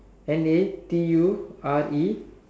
N A T U R E